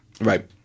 Right